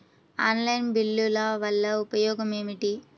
Online బిల్లుల వల్ల ఉపయోగమేమిటీ?